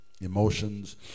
emotions